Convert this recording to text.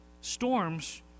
storms